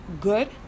good